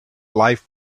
life